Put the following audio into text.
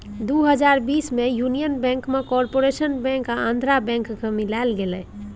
दु हजार बीस मे युनियन बैंक मे कारपोरेशन बैंक आ आंध्रा बैंक केँ मिलाएल गेलै